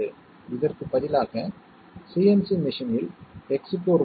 எனவே 1வது 2 சொற்களில் இருந்து A